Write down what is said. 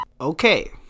Okay